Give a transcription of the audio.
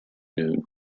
noon